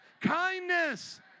kindness